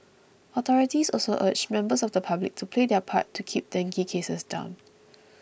authorities also urged members of the public to play their part to keep dengue cases down